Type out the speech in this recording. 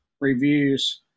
reviews